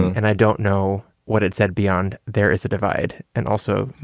and i don't know what it said beyond. there is a divide. and also,